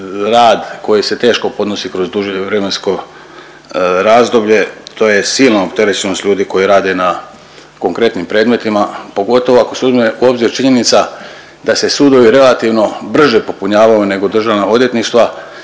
rad koji se teško podnosi kroz duže vremensko razdoblje. To je silna opterećenost ljudi koji rade na konkretnim predmetima pogotovo ako se uzme u obzir činjenica da se sudovi relativno brže popunjavaju nego državna odvjetništva